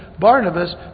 Barnabas